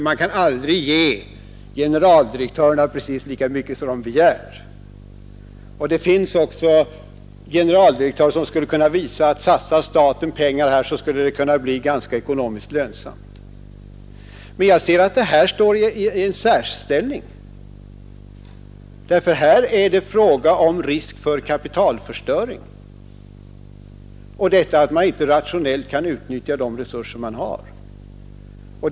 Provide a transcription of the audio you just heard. Man kan aldrig ge generaldirektörer så mycket som de begär. En del generaldirektörer kan också visa, att om staten satsar pengar på ett visst projekt, så kan det bli ganska lönsamt ekonomiskt. Men jag anser att det som jag här talar om intar en särställning, eftersom det här är fråga om risk för kapitalförstöring, när man inte kan rationellt utnyttja de resurser som finns.